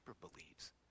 believes